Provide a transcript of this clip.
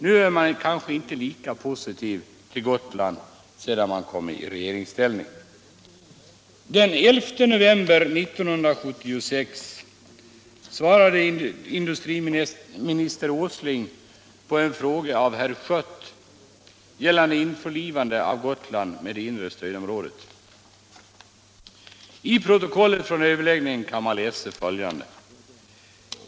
Sedan man kommit i regeringsställning är man kanske inte lika positivt inställd till Gotland.